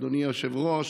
אדוני היושב-ראש,